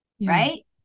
Right